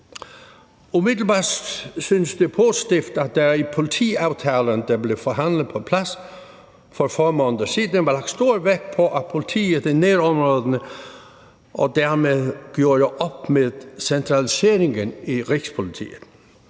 Umiddelbart synes det positivt, at der i den politiaftale, der blev forhandlet på plads for få måneder siden, blev lagt stor vægt på politiet i nærområderne, og at der dermed blev gjort op med centraliseringen i Rigspolitiet.